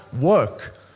work